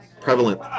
prevalent